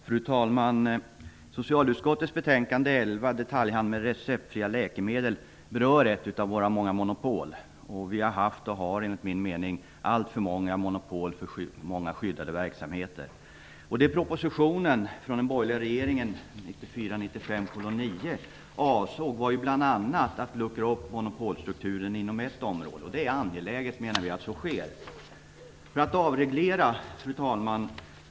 Fru talman! Socialutskottets betänkande SoU11 Detaljhandel med receptfria läkemedel berör ett av våra många monopol. Vi har haft och har, enligt min mening, alltför många monopol och för många skyddade verksamheter. Det proposition 1994/95:9 från den borgerliga regeringen avsåg var bl.a. att luckra upp monopolstrukturen inom ett område. Det är angeläget att så sker, menar vi. Fru talman!